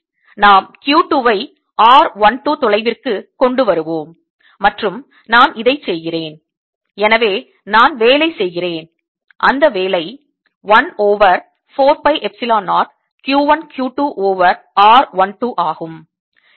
நாம் Q 2 ஐ r 1 2 தொலைவிற்கு கொண்டு வருவோம் மற்றும் நான் இதை செய்கிறேன் எனவே நான் வேலை செய்கிறேன் அந்த வேலை 1 over 4 pi epsilon 0 Q 1 Q 2 over r 1 2 ஆகும்